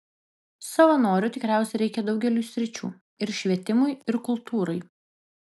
savanorių tikriausiai reikia daugeliui sričių ir švietimui ir kultūrai